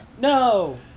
No